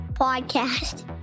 Podcast